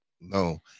no